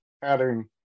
pattern